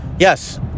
Yes